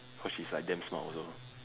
cause she's like damn smart also